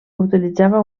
utilitzava